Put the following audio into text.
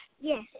Yes